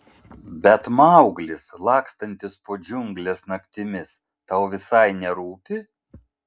bet mauglis lakstantis po džiungles naktimis tau visai nerūpi